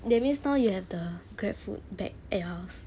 that means now you have the grab food bag at your house